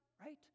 Right